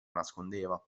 nascondeva